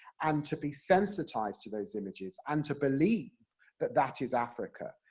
and to be sensitised to those images, and to believe that that is africa,